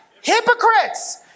Hypocrites